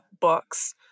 books